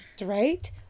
right